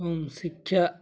କମ୍ ଶିକ୍ଷା